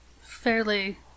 fairly